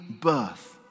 birth